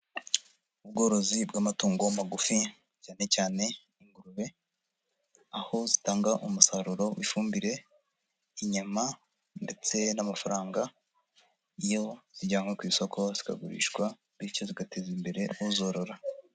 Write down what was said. Ubworozi bw'amatungo magufi cyane cyane ingurube, aho zitanga umusaruro w'ifumbire, inyama ndetse n'amafaranga, iyo zijyanywa ku isoko zikagurishwa, bityo zigateza imbere uzorora.